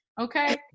okay